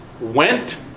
went